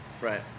Right